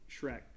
Shrek